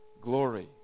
glory